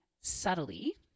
subtly